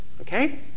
Okay